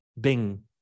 Bing